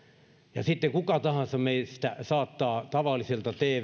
ja sitten kuka tahansa meistä saattaa tavalliselta tv